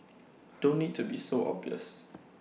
don't need to be so obvious